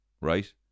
right